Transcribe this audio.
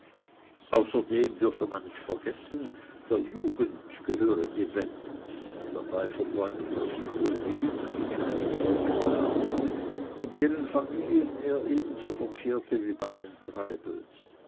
außerdem dürfe man nicht vergessen der jugend gehöre die welt dabei verbeugte er sich huldigend gegen einige junge damen in deren familien er ebenso verkehrte wie bei den treibels